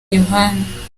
yohana